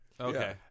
Okay